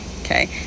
okay